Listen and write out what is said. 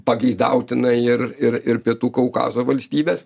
pageidautina ir ir ir pietų kaukazo valstybes